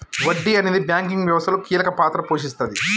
వడ్డీ అనేది బ్యాంకింగ్ వ్యవస్థలో కీలక పాత్ర పోషిస్తాది